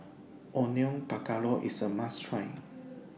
Onion Pakora IS A must Try